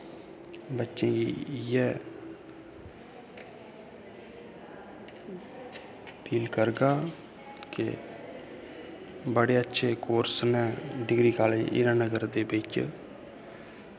बच्चें गी इयै अपील करगा के बड़े इच्छे कोर्स न डिग्री कालेज हीरा नगर च